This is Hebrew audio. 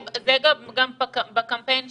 זה בקמפיין שהיה,